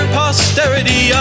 posterity